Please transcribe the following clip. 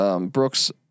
Brooks